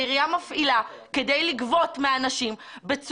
אבל זה משרד עורכי דין שהעירייה מפעילה כדי לגבות מאנשים בצורה,